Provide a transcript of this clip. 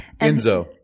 Enzo